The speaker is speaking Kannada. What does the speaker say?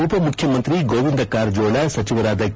ಉಪ ಮುಖ್ಯಮಂತ್ರಿ ಗೋವಿಂದ ಕಾರಜೋಳ ಸಚಿವರಾದ ಕೆ